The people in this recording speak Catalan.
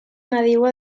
nadiua